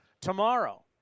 tomorrow